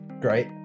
Great